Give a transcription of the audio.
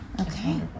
okay